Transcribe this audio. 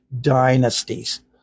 dynasties